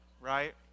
right